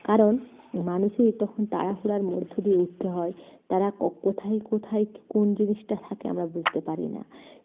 কারণ মানুষের তখন তাড়াহুড়ার মধ্য দিয়ে উঠতে হয় তারা কোথায় কোথায় কোন জিনিসটা থাকে আমরা বুঝতে পারি না